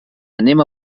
anem